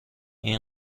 این